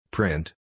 Print